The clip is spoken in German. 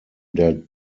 der